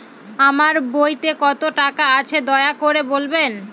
আমার বইতে কত টাকা আছে দয়া করে বলবেন?